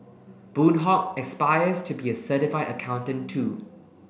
Boon Hock aspires to be a certified accountant too